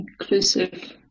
inclusive